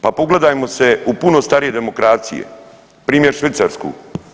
Pa pogledajmo se u puno starije demokracije, primjer Švicarsku.